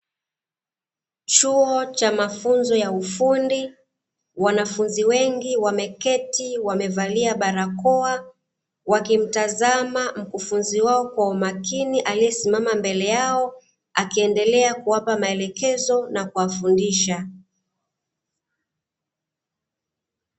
Chuo cha mafunzo ya ufundi, wanafunzi wengi wameketi wamevalia barakoa, wakimtazama mkufunzi wao kwa umakini, aliyesimama mbele yao akiendelea kuwapa maelekezo na kuwafundisha.